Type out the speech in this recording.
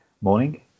morning